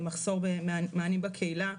מחסור במענים בקהילה,